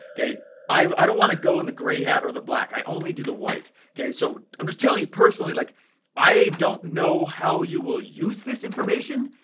okay, i don't want to go in the gray hat or the black, i only do the white, okay. so i'm just telling you personally, like i don't know how you will use this information?